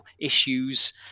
issues